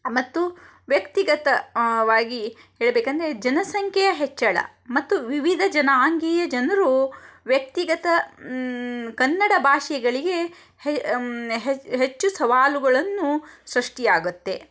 ಮತ್ತು ವ್ಯಕ್ತಿಗತ ವಾಗಿ ಹೇಳಬೇಕಂದ್ರೆ ಜನಸಂಖ್ಯೆಯ ಹೆಚ್ಚಳ ಮತ್ತು ವಿವಿಧ ಜನಾಂಗೀಯ ಜನರು ವ್ಯಕ್ತಿಗತ ಕನ್ನಡ ಭಾಷೆಗಳಿಗೆ ಹೆ ಹೆಚ್ಚು ಸವಾಲುಗಳನ್ನು ಸೃಷ್ಟಿಯಾಗುತ್ತೆ